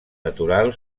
natural